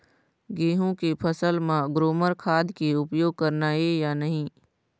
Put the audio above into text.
गेहूं के फसल म ग्रोमर खाद के उपयोग करना ये या नहीं?